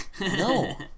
No